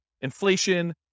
inflation